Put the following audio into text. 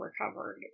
recovered